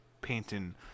painting